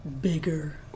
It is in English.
bigger